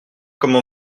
comment